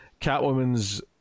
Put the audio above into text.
Catwoman's